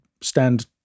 stand